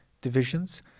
divisions